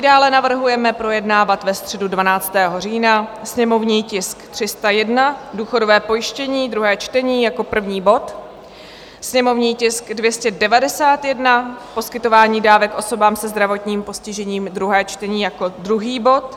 Dále navrhujeme projednávat ve středu 12. října: sněmovní tisk 301, důchodové pojištění, druhé čtení, jako první bod; sněmovní tisk 29, poskytování dávek osobám se zdravotním postižením, druhé čtení, jako druhý bod.